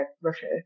Russia